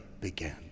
began